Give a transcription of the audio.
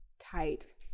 tight